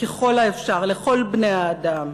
ככל האפשר, לכל בני-האדם,